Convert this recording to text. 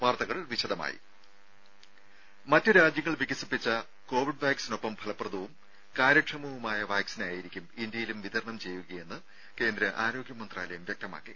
വാർത്തകൾ വിശദമായി മറ്റ് രാജ്യങ്ങൾ വികസിപ്പിച്ച കോവിഡ് വാക്സിനൊപ്പം ഫലപ്രദവും കാര്യക്ഷമവുമായ വാക്സിനായിരിക്കും ഇന്ത്യയിലും വിതരണം ചെയ്യുകയെന്ന് കേന്ദ്ര ആരോഗ്യ മന്ത്രാലയം വ്യക്തമാക്കി